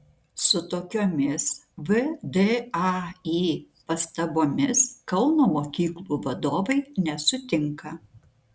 su tokiomis vdai pastabomis kauno mokyklų vadovai nesutinka